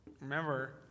Remember